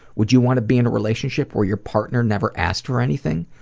would you want to be in a relationship where your partner never asked for anything?